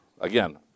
again